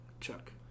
Chuck